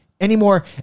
Anymore